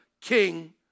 king